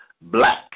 black